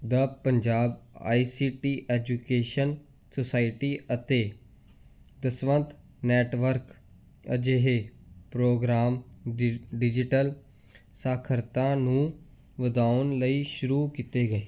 the Punjab I C T education society ਅਤੇ Dasvandh network ਅਜਿਹੇ programs ਡ ਡਿਜੀਟਲ ਸਾਖਰਤਾ ਨੂੰ ਵਧਾਉਣ ਲਈ ਸ਼ੁਰੂ ਕੀਤੇ ਗਏ